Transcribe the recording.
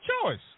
choice